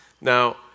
Now